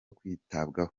kwitabwaho